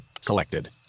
Selected